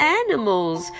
animals